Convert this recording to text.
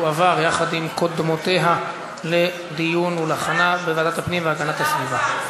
וגם היא עוברת לדיון בוועדת הפנים והגנת הסביבה.